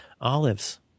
Olives